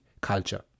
culture